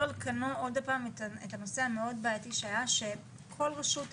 על כנו עוד פעם את הנושא הבעייתי שהיה שכל רשות אדומה,